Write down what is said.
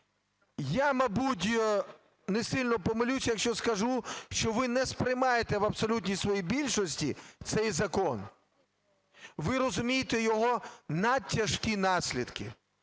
Я, мабуть, не сильно помилюсь, якщо скажу, що ви не сприймаєте в абсолютній своїй більшості цей закон. Ви розумієте його надтяжкі наслідки,